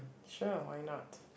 sure why not